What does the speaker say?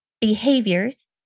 behaviors